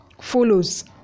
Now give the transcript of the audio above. follows